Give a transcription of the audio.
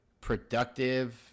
productive